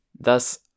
Thus